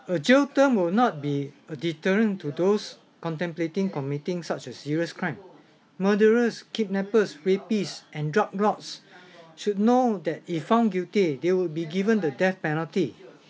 a jail term will not be a deterrent to those contemplating committing such a serious crime murderers kidnappers rapists and drug lords should know that if found guilty they will be given the death penalty